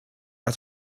out